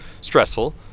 stressful